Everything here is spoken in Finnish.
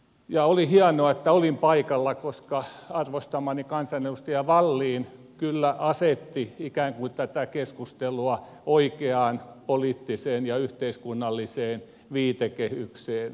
ja oli hienoa että olin paikalla koska arvostamani kansanedustaja wallin kyllä asetti ikään kuin tätä keskustelua oikeaan poliittiseen ja yhteiskunnalliseen viitekehykseen